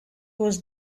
was